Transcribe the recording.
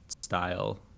style